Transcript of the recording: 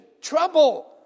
trouble